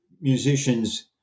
musicians